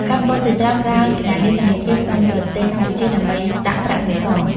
កម្មករជាច្រើនប្រើគណនីធនាគារក្នុងប្រទេសកម្ពុជាដើម្បីដាក់ប្រាក់សន្សំ។